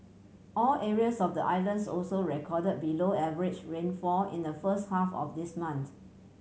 all areas of the islands also record below average rainfall in the first half of this month